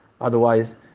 otherwise